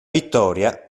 vittoria